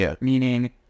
Meaning